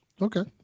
Okay